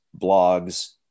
blogs